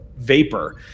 vapor